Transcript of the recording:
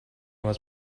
was